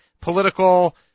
political